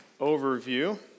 overview